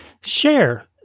share